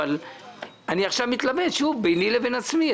אבל עכשיו אני מתלבט שוב ביני לבין עצמי.